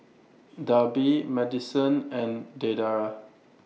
Darby Madyson and Deidra